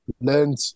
Learned